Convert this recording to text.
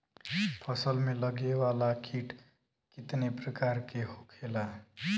फसल में लगे वाला कीट कितने प्रकार के होखेला?